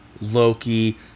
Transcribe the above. Loki